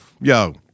Yo